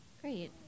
Great